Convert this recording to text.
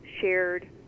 shared